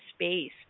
space